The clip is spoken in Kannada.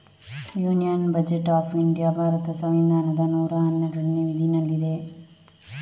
ಯೂನಿಯನ್ ಬಜೆಟ್ ಆಫ್ ಇಂಡಿಯಾ ಭಾರತದ ಸಂವಿಧಾನದ ನೂರಾ ಹನ್ನೆರಡನೇ ವಿಧಿನಲ್ಲಿದೆ